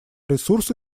ресурсы